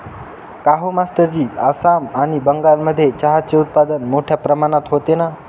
काहो मास्टरजी आसाम आणि बंगालमध्ये चहाचे उत्पादन मोठया प्रमाणात होते ना